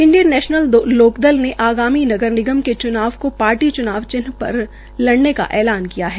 Indian national Lokdal ने आगामी नगर निगम के च्नाव को पार्टी च्नाव चिन्ह पर लड़ने का ऐलान किया है